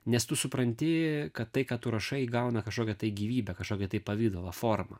nes tu supranti kad tai ką tu rašai įgauna kažkokią gyvybę kažkokį pavidalą formą